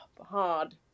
hard